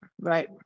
right